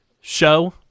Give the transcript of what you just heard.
show